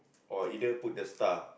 or either put the star